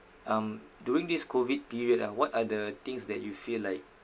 um during this COVID period ah what are the things that you feel like